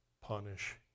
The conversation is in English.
punish